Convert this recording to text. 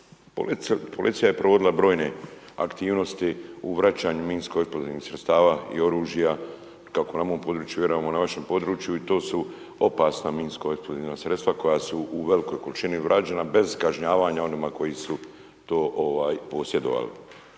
policija je provodila brojne aktivnosti u vraćanju minsko-eksplozivnih sredstava i oružja kako na mom području, vjerujem i na vašem području i to su opasna minsko-eksplozivna sredstva koja su u velikoj količini vraćena bez kažnjavanja onima koji su to posjedovali.